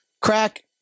Crack